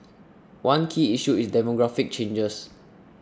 one key issue is demographic changes